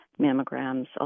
mammograms